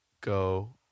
go